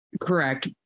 Correct